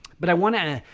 but i want to,